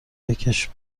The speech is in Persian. بکـش